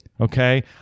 okay